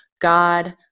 God